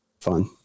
fun